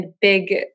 big